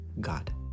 God